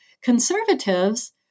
Conservatives